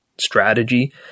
strategy